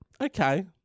Okay